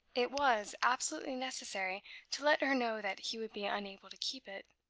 it was absolutely necessary to let her know that he would be unable to keep it.